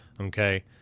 Okay